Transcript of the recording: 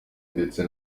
ndetse